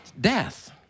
Death